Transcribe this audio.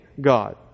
God